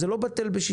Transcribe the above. אז זה לא בטל בשישים.